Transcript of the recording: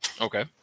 Okay